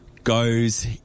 Goes